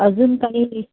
अजून कमी